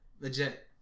Legit